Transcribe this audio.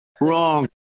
Wrong